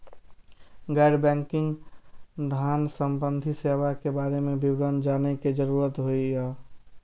गैर बैंकिंग धान सम्बन्धी सेवा के बारे में विवरण जानय के जरुरत होय हय?